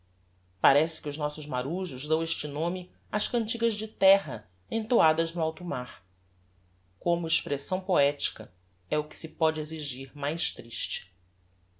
parece que os nossos marujos dão este nome ás cantigas de terra entoadas no alto mar como expressão poetica é o que se póde exigir mais triste